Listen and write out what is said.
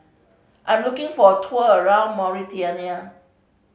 I'm looking for a tour around Mauritania